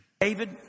David